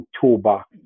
toolbox